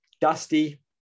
Dusty